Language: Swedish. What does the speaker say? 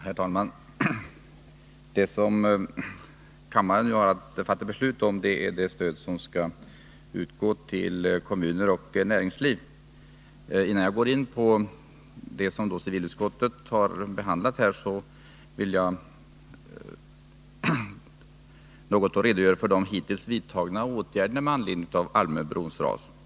Herr talman! Det som kammaren nu har att fatta beslut om är det stöd som skall utgå till kommuner och näringsliv. Innan jag går in på de förslag som civilutskottet har behandlat vill jag något redogöra för de hittills vidtagna åtgärderna med anledning av Almöbrons ras.